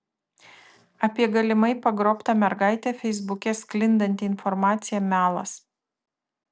apie galimai pagrobtą mergaitę feisbuke sklindanti informacija melas